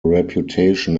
reputation